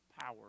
power